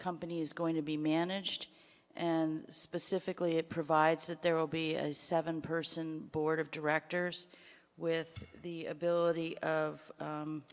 company is going to be managed and specifically it provides that there will be as seven person board of directors with the ability of